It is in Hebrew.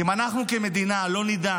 אם אנחנו כמדינה לא נדע